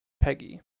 Peggy